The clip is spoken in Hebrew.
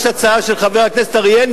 יש הצעה של חבר הכנסת אריאל,